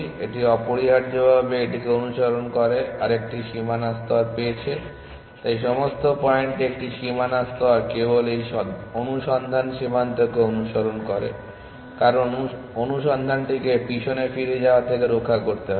এটি অপরিহার্যভাবে এটিকে অনুসরণ করে আরেকটি সীমানা স্তর পেয়েছে তাই সমস্ত পয়েন্টে একটি সীমানা স্তর কেবল এই অনুসন্ধান সীমান্তকে অনুসরণ করে কারণ অনুসন্ধানটিকে পেছনে ফিরে যাওয়া থেকে রক্ষা করতে হবে